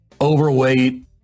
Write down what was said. overweight